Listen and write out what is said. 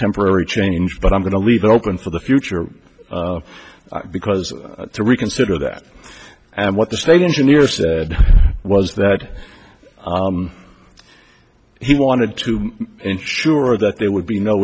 temporary change but i'm going to leave it open for the future because to reconsider that and what the state engineer said was that he wanted to ensure that they would be no